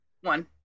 one